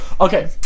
Okay